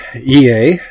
EA